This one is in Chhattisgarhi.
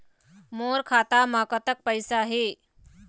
मोर खाता म कतक पैसा हे?